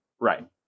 Right